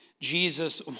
Jesus